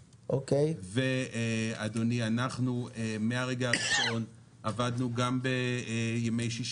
ואדוני אנחנו מהרגע הראשון עבדנו גם בימי שישי.